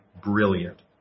brilliant